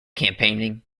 campaigning